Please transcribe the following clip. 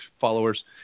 followers